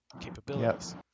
capabilities